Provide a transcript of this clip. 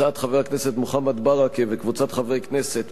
הצעת חבר הכנסת מוחמד ברכה וקבוצת חברי הכנסת,